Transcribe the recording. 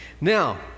Now